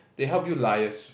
they help you liaise